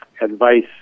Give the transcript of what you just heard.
advice